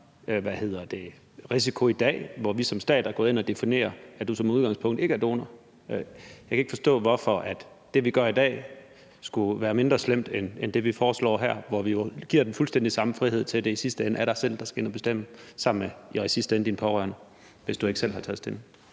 den samme risiko i dag, hvor vi som stat er gået ind at definere, at du som udgangspunkt ikke er donor? Jeg kan ikke forstå, hvorfor det, vi gør i dag, skulle være mindre slemt end det, vi foreslår her, hvor vi jo giver den fuldstændig samme frihed til, at det i sidste ende er dig selv, der skal ind at bestemme det, og i sidste ende dine pårørende, hvis du ikke selv har taget stilling.